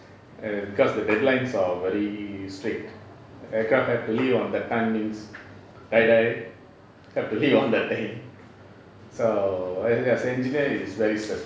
err because the deadlines are very strict aircraft have to leave on the time means die die have to leave on that time so as an engineer it's very stressful